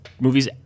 movies